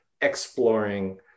exploring